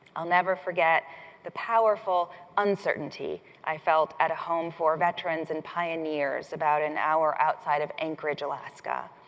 i'll never forget the powerful uncertainty i felt at a home for veterans in pioneers, about an hour outside of anchorage, alaska.